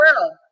world